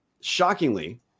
shockingly